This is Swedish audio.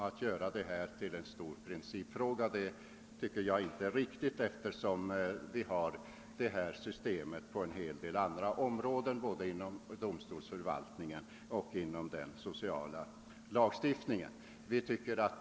Att göra detta till en stor principfråga tycker jag inte är riktigt; vi har samma system på en hel del andra områden både inom domstolsförvaltningen och inom den sociala lagstiftningen.